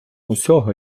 усього